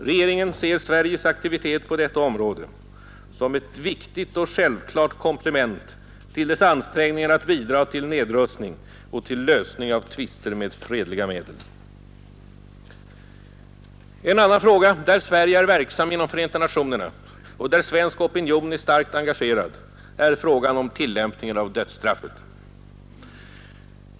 Regeringen ser Sveriges aktivitet på detta område som ett viktigt och självklart komplement till dess ansträngningar att bidra till nedrustning och till lösning av tvister med fredliga medel. En annan fråga där Sverige är verksamt inom FN och där svensk opinion är starkt engagerad är frågan om tillämpningen av dödsstraffet.